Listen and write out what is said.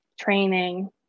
training